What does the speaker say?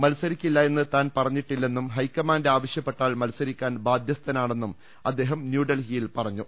മത്സരിക്കില്ല എന്ന് താൻ പ്പറഞ്ഞിട്ടില്ലെന്നും ഹൈക്കമാന്റ് ആവ ശ്യപ്പെട്ടാൽ മത്സരിക്കാൻ ബാധ്യസ്ഥനാണെന്നും അദ്ദേഹം ന്യൂഡൽഹി യിൽ വ്യക്തമാക്കി